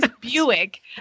Buick